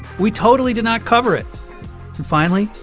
we totally did not cover it. and finally,